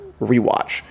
rewatch